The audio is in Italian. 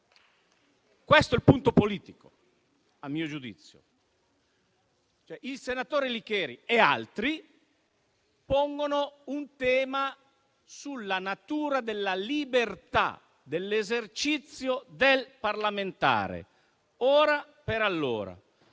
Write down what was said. Questo è il punto politico: il senatore Licheri e altri pongono un tema sulla natura della libertà dell'esercizio del parlamentare, ora per allora.